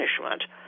punishment